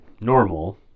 normal